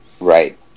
Right